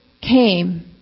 came